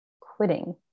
quitting